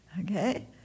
Okay